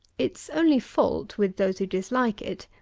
its only fault, with those who dislike it,